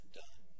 done